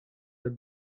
jak